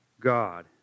God